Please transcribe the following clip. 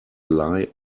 lie